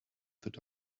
sind